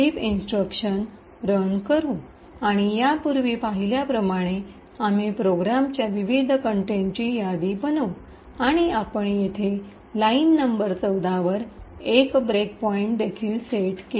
skipinstruction run करू आणि यापूर्वी पाहिल्याप्रमाणे आम्ही प्रोग्रामच्या विविध कन्टेनची यादी बनवू आणि आपण येथे लाइन नंबर १४ वर एक ब्रेक पॉईंट देखील सेट करू